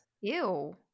Ew